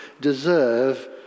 deserve